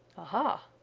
aha!